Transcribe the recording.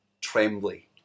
trembly